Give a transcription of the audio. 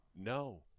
no